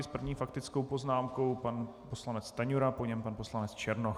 S první faktickou poznámkou pan poslanec Stanjura, po něm pan poslanec Černoch.